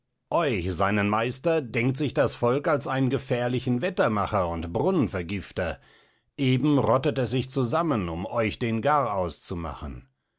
euch seinen meister denkt sich das volk als einen gefährlichen wettermacher und brunnenvergifter eben rottet es sich zusammen um euch den garaus zu machen